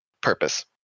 purpose